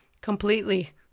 completely